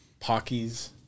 Pockies